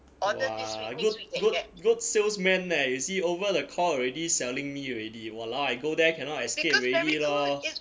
!wah! good good good salesman leh you see over the call already selling me already !walao! I go there cannot escape already lor